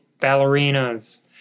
ballerinas